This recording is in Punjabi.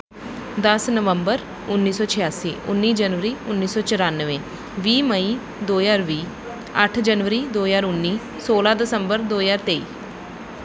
ਦਸ ਨਵੰਬਰ ਉੱਨੀ ਸੌ ਛਿਆਸੀ ਉੱਨੀ ਜਨਵਰੀ ਉੱਨੀ ਸੌ ਚੁਰਾਨਵੇਂ ਵੀਹ ਮਈ ਦੋ ਹਜ਼ਾਰ ਵੀਹ ਅੱਠ ਜਨਵਰੀ ਦੋ ਹਜ਼ਾਰ ਉੱਨੀ ਸੌਲਾਂ ਦਸੰਬਰ ਦੋ ਹਜ਼ਾਰ ਤੇਈ